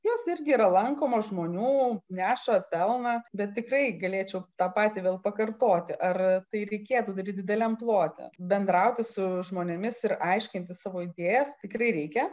jos irgi yra lankomos žmonių neša pelną bet tikrai galėčiau tą patį vėl pakartoti ar tai reikėtų daryti dideliam plote bendrauti su žmonėmis ir aiškinti savo idėjas tikrai reikia